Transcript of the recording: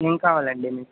ఏం కావాలండీ మీకు